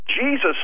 Jesus